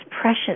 precious